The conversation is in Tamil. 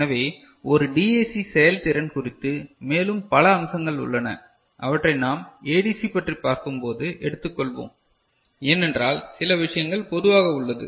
எனவே ஒரு டிஏசி செயல்திறன் குறித்து மேலும் பல அம்சங்கள் உள்ளன அவற்றை நாம் ADC பற்றி பார்க்கும்போது எடுத்துக்கொள்வோம் ஏனென்றால் சில விஷயங்கள் பொதுவாக உள்ளது